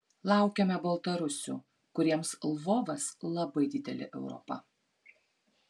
laukiame baltarusių kuriems lvovas labai didelė europa